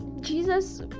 jesus